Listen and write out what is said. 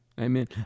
Amen